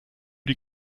die